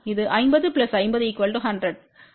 இது 50 50 100 50 50 100 100 100 50